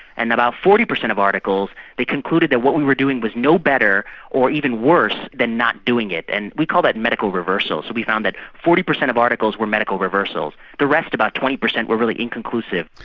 and about forty percent of articles, they concluded that what we were doing was no better or even worse than not doing it, and we call that medical reversal. so we found that forty percent of articles were medical reversals. the rest, about twenty percent, were really inconclusive.